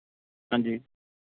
ਹਾਂਜੀ